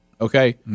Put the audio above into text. Okay